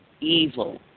evil